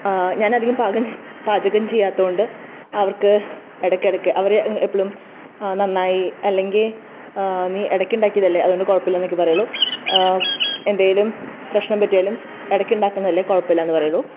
ഞാനധികം പാകം പാചകം ചെയ്യാത്തോണ്ട് അവർക്ക് ഇടയ്ക്കിടക്ക് അവർ എപ്പളും നന്നായി അല്ലെങ്കിൽ നീ ഇടയ്ക്കുണ്ടാക്കിയതല്ലേ അതുകൊണ്ട് കുഴപ്പമില്ല എന്നൊക്കെ പറയുള്ളൂ എന്തെലും പ്രശ്നം പറ്റിയാലും ഇയ്ക്കുണ്ടാക്കുന്നതല്ലേ കുഴപ്പമില്ലന്നെ പറയുള്ളൂ